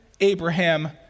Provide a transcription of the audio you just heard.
Abraham